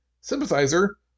sympathizer